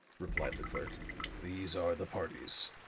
replied the clerk these are the parties.